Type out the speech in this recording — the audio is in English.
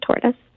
Tortoise